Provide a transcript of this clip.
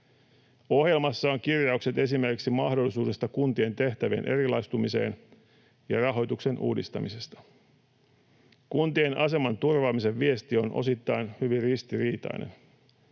Ohjelmassa on kirjaukset esimerkiksi mahdollisuudesta kuntien tehtävien erilaistumiseen ja rahoituksen uudistamisesta. Kuntien aseman turvaamisen viesti on osittain hyvin ristiriitainen.